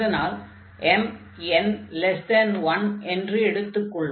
அதனால் mn1 என்று எடுத்துக் கொள்வோம்